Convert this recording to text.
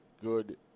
good